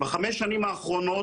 בחמש השנים האחרונות,